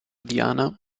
diana